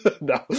No